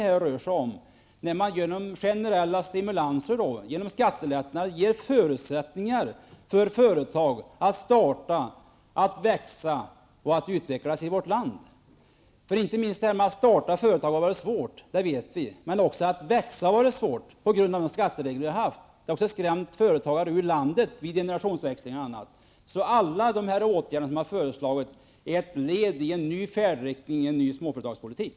Med nya generella stimulanser, skattelättnader, skapas förutsättningar för att starta företag som kan växa och utvecklas i vårt land. Inte minst att starta företag har varit svårt, det vet vi. Men också att växa har varit svårt på grund av de skatteregler som vi har haft. Det har skrämt företagare ut ur landet bl.a. vid generationsväxling. Alla de åtgärder som föreslås är ett led i en ny färdriktning och en ny småföretagspolitik.